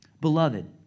Beloved